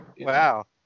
Wow